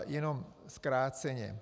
Jenom zkráceně.